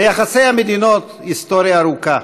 ליחסי המדינות היסטוריה ארוכה.